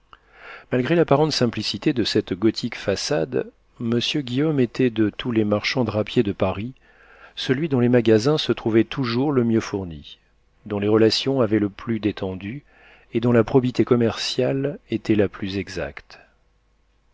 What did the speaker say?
malgré l'apparente simplicité de cette gothique façade monsieur guillaume était de tous les marchands drapiers de paris celui dont les magasins se trouvaient toujours le mieux fournis dont les relations avaient le plus d'étendue et dont la probité commerciale était la plus exacte